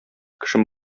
кешем